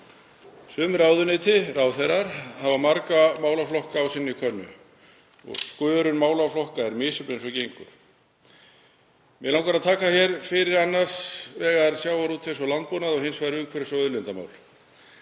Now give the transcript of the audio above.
Sum ráðuneyti, ráðherrar, hafa marga málaflokka á sinni könnu og skörun málaflokka er misjöfn eins og gengur. Mig langar að taka hér fyrir annars vegar sjávarútvegs- og landbúnaðarmál og hins vegar umhverfis- og auðlindamál.